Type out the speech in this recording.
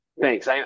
thanks